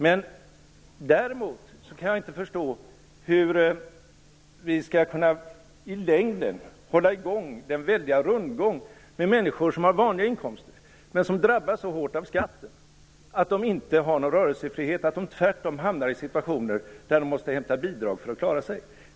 Däremot kan jag inte förstå hur vi i längden skall kunna hålla i gång den väldiga rundgången för människor som har vanliga inkomster men som drabbas så hårt av skatten att de inte har någon rörelsefrihet utan tvärtom hamnar i situationer där de måste hämta bidrag för att klara sig.